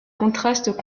contraste